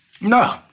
No